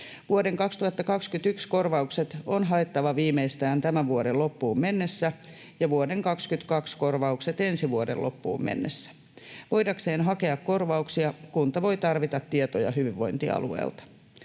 Vuoden 2021 korvaukset on haettava viimeistään tämän vuoden loppuun mennessä ja vuoden 22 korvaukset ensi vuoden loppuun mennessä. Voidakseen hakea korvauksia kunta voi tarvita tietoja hyvinvointialueelta.